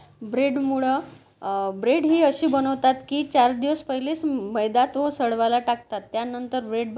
ब्रेडमुळं bread ही अशी बनवतात की चार दिवस पहिलेच मैदा तो सडवायला टाकतात त्यानंतर ब्रेड ब्